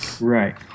Right